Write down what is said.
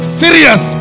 serious